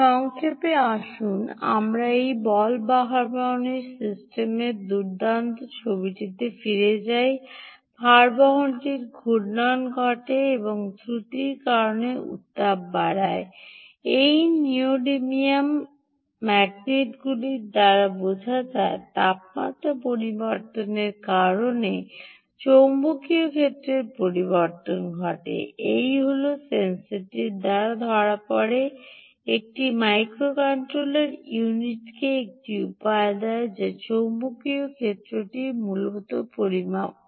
সংক্ষেপে আসুন আমরা এই বল ভারবহন সিস্টেমের দুর্দান্ত ছবিটিতে ফিরে যাই ভারবহনটি ঘূর্ণন ঘটে এবং ত্রুটির কারণে উত্তাপ বাড়ায় এই নিউওডিয়াম ম্যাগনেটগুলির দ্বারা বোঝা যায় তাপমাত্রায় পরিবর্তনের কারণে চৌম্বকীয় ক্ষেত্রের পরিবর্তন ঘটে এই হল সেন্সরটির দ্বারা ধরা পড়ে একটি মাইক্রোকন্ট্রোলার ইউনিটকে একটি উপায় দেয় যা চৌম্বকীয় ক্ষেত্রটি মূলত পরিমাপ করে